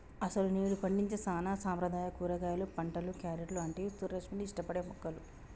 అసలు నేడు పండించే సానా సాంప్రదాయ కూరగాయలు పంటలు, క్యారెట్లు అంటివి సూర్యరశ్మిని ఇష్టపడే మొక్కలు